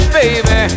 baby